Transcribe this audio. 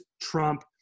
Trump